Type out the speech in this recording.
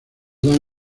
dan